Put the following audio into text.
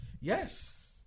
Yes